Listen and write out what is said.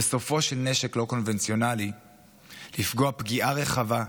וסופו של נשק לא קונבנציונלי לפגוע פגיעה רחבה,